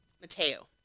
Mateo